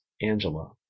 Angela